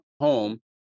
home